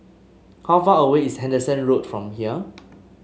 how far away is Henderson Road from here